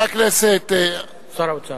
אדוני?